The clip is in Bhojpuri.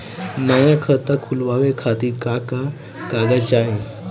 नया खाता खुलवाए खातिर का का कागज चाहीं?